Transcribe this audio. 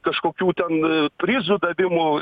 kažkokių ten prizų davimu